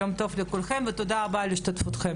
יום טוב לכולכם ותודה רבה על השתתפותכם.